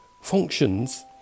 functions